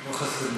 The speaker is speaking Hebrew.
לא חסרים ציטוטים.